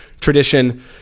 tradition